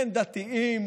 בין דתיים